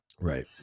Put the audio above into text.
right